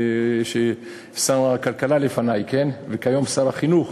שר הכלכלה לפני וכיום שר החינוך,